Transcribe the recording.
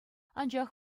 анчах